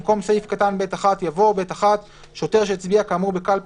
במקום סעיף קטן (ב1) יבוא: "(ב1)שוטר שהצביע כאמור בקלפי